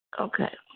Okay